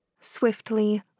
Swiftly